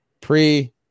pre